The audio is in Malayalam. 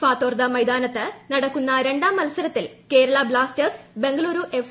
ഫാത്തൊർദ മൈതാനത്ത് നടക്കുന്ന രണ്ടാം മത്സരത്തിൽ കേരള ബ്ലാസ്റ്റേഴ്സ് ബംഗളൂരു എഫ്